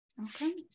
Okay